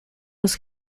los